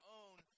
own